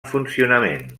funcionament